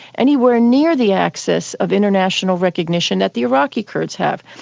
anywhere near the access of international recognition that the iraqi kurds have.